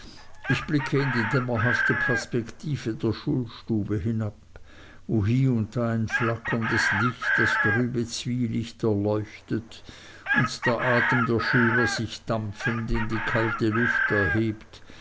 ich blicke in die dämmerhafte perspektive der schulstube hinab wo hie und da ein flackerndes licht das trübe zwielicht erleuchtet und der atem der schüler sich dampfend in die kalte luft erhebt